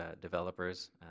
developers